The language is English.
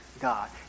God